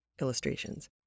illustrations